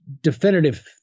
definitive